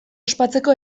ospatzeko